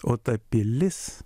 o ta pilis